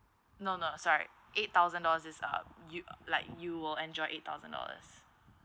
no no sorry eight thousand dollars is uh you like you will enjoy eight thousand dollars